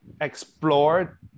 explore